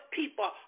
people